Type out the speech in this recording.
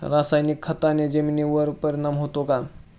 रासायनिक खताने जमिनीवर परिणाम होतो का?